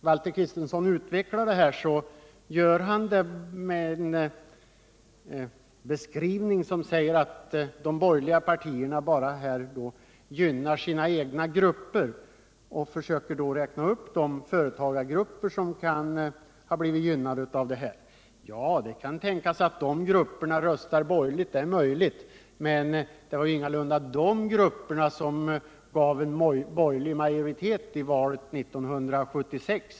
Valter Kristenson utvecklar sitt resonemang med en beskrivning innebärande att de borgerliga partierna på denna punkt 'bara gynnar sina egna grupper, och han gjorde ett försök till uppräkning av de företagargrupper som det skulle gälla. Ja, det kan tänkas att dessa grupper röstar borgerligt, men det var ingalunda de som gav en borgerlig majoritet vid valet 1976.